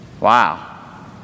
Wow